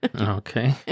Okay